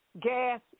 gas